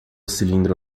cilindro